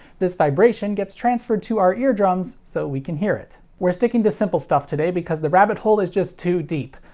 this vibration gets transferred to our eardrums so we can hear it. we're sticking to simple stuff today because the rabbit hole is just too deep.